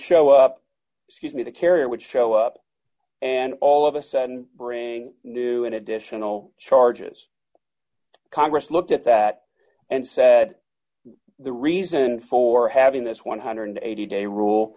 show up scuse me the carrier would show up and all of us and bring new and additional charges congress looked at that and said the reason for having this one hundred and eighty d